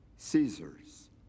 Caesars